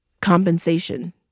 Compensation